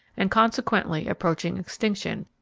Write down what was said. and consequently approaching extinction,